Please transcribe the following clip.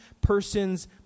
person's